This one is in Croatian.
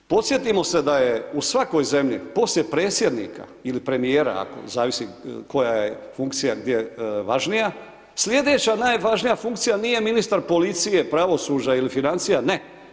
Podsjetimo se da je u svakoj zemlji poslije predsjednika ili premijera zavisi koja je funkcija gdje važnija, sljedeća najvažnija funkcija nije ministar policije, pravosuđa ili financija, ne.